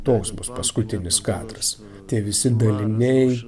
toks bus paskutinis kadras tie visi daliniai